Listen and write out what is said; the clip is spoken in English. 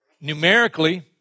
numerically